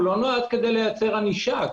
לא כדי לייצר ענישה.